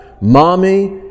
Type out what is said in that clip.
mommy